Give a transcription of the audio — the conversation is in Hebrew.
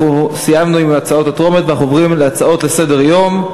סיימנו עם ההצעות הטרומיות ואנחנו עוברים להצעות לסדר-היום.